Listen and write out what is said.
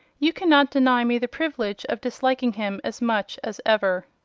you cannot deny me the privilege of disliking him as much as ever.